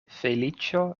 feliĉo